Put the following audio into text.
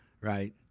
right